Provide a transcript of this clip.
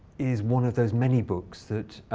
is one of those many books that